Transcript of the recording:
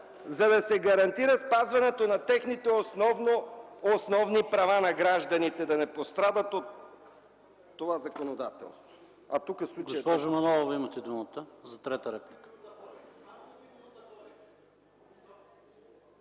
за да се гарантира спазването на техните основни права, на гражданите, да не пострадат от това законодателство. А тук в случая... ПРЕДСЕДАТЕЛ ПАВЕЛ ШОПОВ: Госпожо Манолова, имате думата за трета реплика.